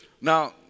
now